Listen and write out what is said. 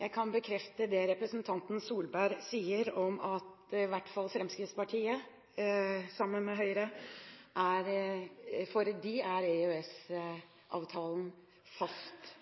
Jeg kan bekrefte det representanten Solberg sier om at i hvert fall for Fremskrittspartiet, sammen med Høyre, står EØS-avtalen fast. Som utenriksministeren er kjent med, er